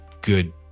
good